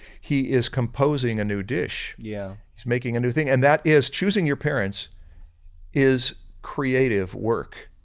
he is composing a new dish, yeah he's making a new thing. and that is, choosing your parents is creative work.